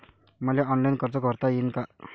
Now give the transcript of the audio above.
मले ऑनलाईन कर्ज भरता येईन का?